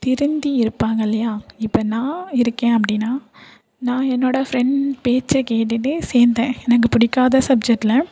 திருந்தி இருப்பாங்க இல்லையா இப்போ நான் இருக்கேன் அப்படின்னா நான் என்னோடய ஃப்ரெண்ட் பேச்சை கேட்டுட்டு சேர்ந்தேன் எனக்கு பிடிக்காத சப்ஜெட்டில்